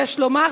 יש לומר?